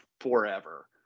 forever